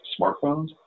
smartphones